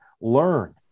Learn